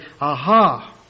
aha